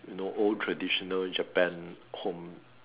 you know old traditional Japan homes